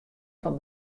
fan